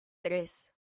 tres